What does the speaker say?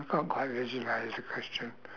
I can't quite visualise the question